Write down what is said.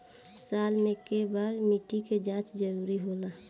साल में केय बार मिट्टी के जाँच जरूरी होला?